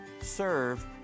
serve